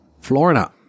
Florida